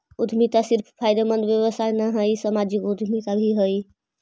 उद्यमिता सिर्फ फायदेमंद व्यवसाय न हई, सामाजिक उद्यमिता भी हई